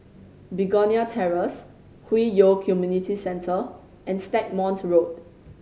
Begonia Terrace Hwi Yoh Community Centre and Stagmont Road